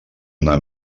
una